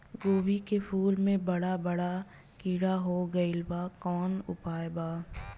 गोभी के फूल मे बड़ा बड़ा कीड़ा हो गइलबा कवन उपाय बा?